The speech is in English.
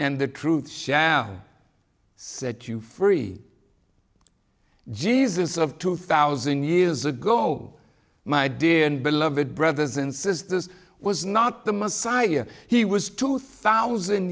and the truth shall set you free jesus of two thousand years ago my dear and beloved brothers and sisters was not the messiah he was two thousand